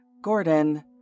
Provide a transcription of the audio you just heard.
Gordon